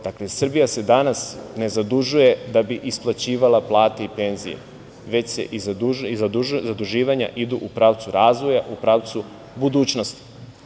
Dakle, Srbija se danas ne zadužuje da bi isplaćivala plate i penzije, već zaduživanja idu u pravcu razvoja, u pravcu budućnosti.